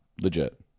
Legit